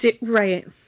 Right